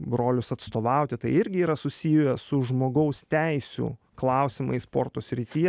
brolius atstovauti tai irgi yra susijęs su žmogaus teisių klausimais sporto srityje